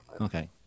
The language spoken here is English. Okay